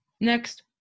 next